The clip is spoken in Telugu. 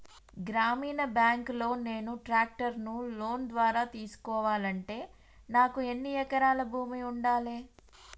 గ్రామీణ బ్యాంక్ లో నేను ట్రాక్టర్ను లోన్ ద్వారా తీసుకోవాలంటే నాకు ఎన్ని ఎకరాల భూమి ఉండాలే?